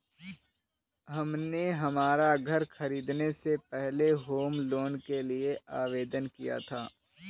हमने हमारा घर खरीदने से पहले होम लोन के लिए आवेदन किया था